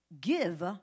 give